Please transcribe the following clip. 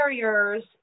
barriers